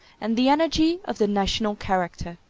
and the energy of the national character.